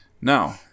Now